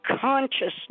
Consciousness